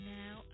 now